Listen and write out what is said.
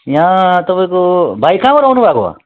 याँ तपाईँको भाइ कहाँबाट आउनुभएको